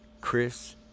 Chris